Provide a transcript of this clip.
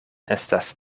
estas